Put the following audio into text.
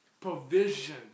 provision